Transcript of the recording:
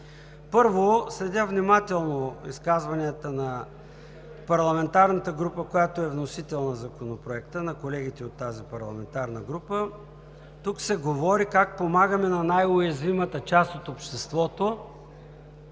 Първо, следя внимателно изказванията на парламентарната група, която е вносител на Законопроекта, на колегите от тази парламентарна група. Тук се говори как помагаме на най-уязвимата част от обществото,